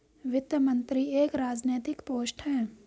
वित्त मंत्री एक राजनैतिक पोस्ट है